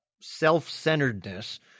self-centeredness